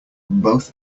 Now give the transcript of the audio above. both